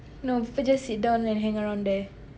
no people just sit down and hang around there